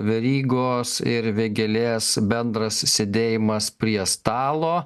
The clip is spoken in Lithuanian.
verygos ir vėgėlės bendras sėdėjimas prie stalo